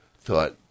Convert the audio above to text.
thought